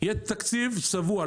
יהיה תקציב צבוע,